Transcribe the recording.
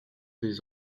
des